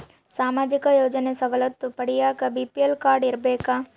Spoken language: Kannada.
ಸಾಮಾಜಿಕ ಯೋಜನೆ ಸವಲತ್ತು ಪಡಿಯಾಕ ಬಿ.ಪಿ.ಎಲ್ ಕಾಡ್೯ ಇರಬೇಕಾ?